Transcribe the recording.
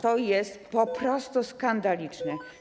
To jest po prostu skandaliczne.